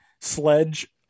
Sledge